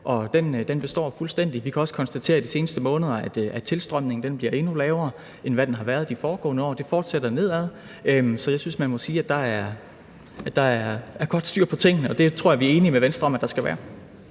og den består fuldt ud. Vi har også i de seneste måneder kunnet konstatere, at tilstrømningen bliver endnu lavere, end den har været de foregående år – det fortsætter nedad. Så jeg synes, man må sige, at der er godt styr på tingene, og det tror jeg vi er enige med Venstre om at der skal være.